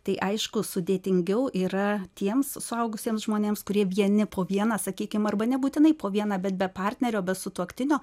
tai aišku sudėtingiau yra tiems suaugusiems žmonėms kurie vieni po vieną sakykim arba nebūtinai po vieną bet be partnerio be sutuoktinio